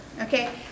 okay